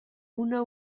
una